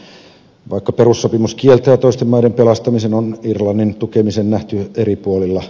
vaikka perussopimus kieltää toisten maiden pelastamisen on irlannin tukemisen nähty eri puolilla